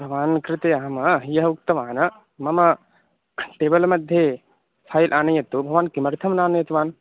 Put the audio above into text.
भवान् कृते अहं यः उक्तवान् मम टेबल्मध्ये सैड् आनयतु भवान् किमर्थं न आनीतवान्